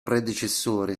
predecessore